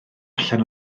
allan